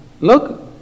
look